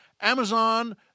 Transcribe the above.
Amazon